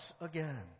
again